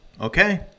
Okay